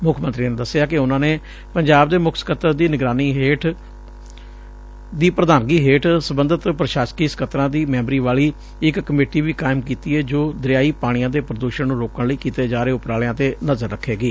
ਮੁੱਖ ਮੰਤਰੀ ਨੇ ਦਸਿਆ ਕਿ ਉਨ੍ਨਾ ਨੇ ਪੰਜਾਬ ਦੇ ਮੁੱਖ ਸਕੱਤਰ ਦੀ ਪ੍ਰਧਾਨਗੀ ਹੇਠ ਸਬੰਧਤ ਪ੍ਰਸ਼ਾਸਕੀ ਸਕੱਤਰ ਦੀ ਮੈਂਬਰੀ ਵਾਲੀ ਇਕ ਕਮੇਟੀ ਵੀ ਕਾਇਮ ਕੀਤੀ ਏ ਜੋ ਦਰਿਆਈ ਪਾਣੀਆਂ ਦੇ ਪ੍ਰਦੁਸ਼ਣ ਨੂੰ ਰੋਕਣ ਲਈ ਕੀਤੇ ਜਾ ਰਹੇ ਉਪਰਾਲਿਆਂ ਤੇ ਨਜ਼ਰ ਰੱਖੇਗੀ